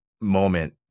moment